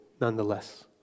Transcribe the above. nonetheless